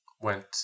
went